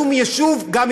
בשום יישוב בנגב,